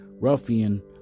ruffian